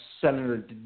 Senator